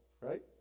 right